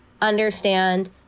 Understand